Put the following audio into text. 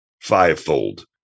fivefold